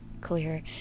clear